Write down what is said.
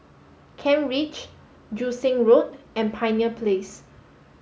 Kent Ridge Joo Seng Road and Pioneer Place